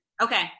Okay